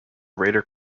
raider